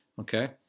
okay